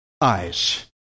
eyes